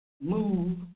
move